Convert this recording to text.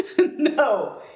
No